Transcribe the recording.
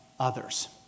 others